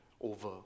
over